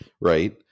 right